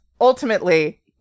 ultimately